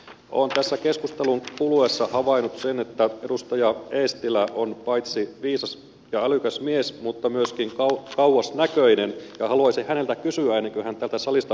olen tässä keskustelun kuluessa havainnut sen että edustaja eestilä on paitsi viisas ja älykäs mies myöskin kauasnäköinen ja haluaisin häneltä kysyä ennen kuin hän täältä salista poistuu